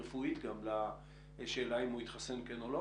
רפואית גם לשאלה אם הוא התחסן כן או לא